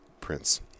prince